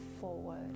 forward